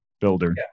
builder